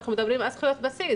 אנחנו מדברים על זכויות בסיס.